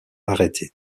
arrêtés